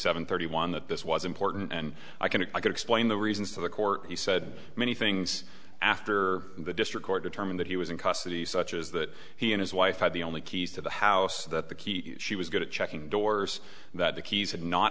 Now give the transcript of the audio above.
seven thirty one that this was important and i can i can explain the reasons to the court he said many things after the district court determined that he was in custody such as that he and his wife had the only keys to the house that the key she was going to check in doors that the keys had not